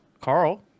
Carl